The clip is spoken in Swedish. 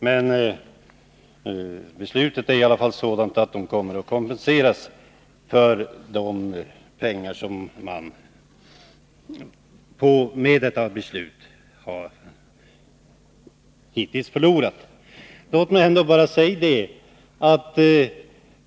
Men beslutet är sådant att Jokkmokks kommun kommer att kompenseras för de pengar som man hittills har förlorat till följd av detta beslut.